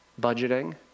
budgeting